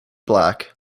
black